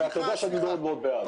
אתה יודע שאני מאוד מאוד בעד.